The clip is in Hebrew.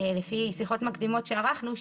לפי שיחות מקדימות שערכנו,